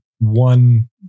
one